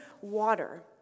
water